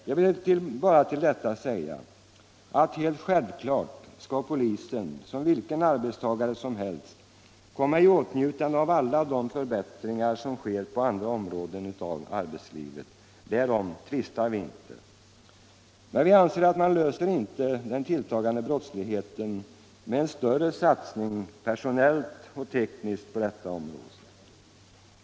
Jag vill bara till detta säga att det är helt självklart att polisen som vilken arbetstagare som helst skall komma i åtnjutande av alla de förbättringar som sker på andra områden av arbetslivet. Därom tvistar vi inte. Men vi anser att man inte löser problemet med den tilltagande brottsligheten med en större satsning, personellt och tekniskt, på detta område.